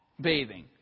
bathing